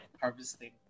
harvesting